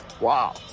Wow